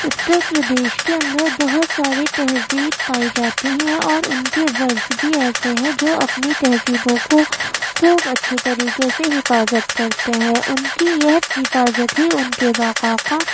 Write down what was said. اتر پردیش کے اندر بہت ساری تہذیب پائی جاتی ہیں اور ان کے ورثے بھی ایسے ہیں جو اپنی تہذیبوں کو خوب اچھی طریقے سے حفاظت کرتے ہیں ان کی یہ حفاظت ہی ان کے بقا کا